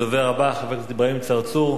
הדובר הבא, חבר הכנסת אברהים צרצור.